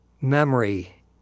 Memory